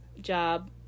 job